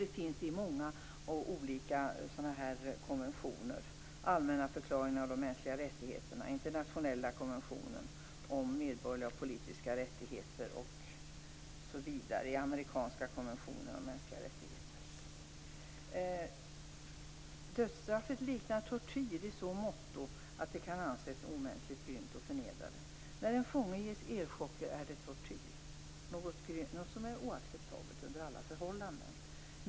Detta finns med i många olika konventioner, t.ex. i den allmänna förklaringen om de mänskliga rättigheterna, i internationella konventionen om medborgerliga och politiska rättigheter, i amerikanska konventionen om mänskliga rättigheter osv. Dödsstraffet liknar tortyr i så måtto att det kan anses omänskligt, grymt och förnedrande. När en fånge ges elchocker är det tortyr, något som är oacceptabelt under alla förhållanden.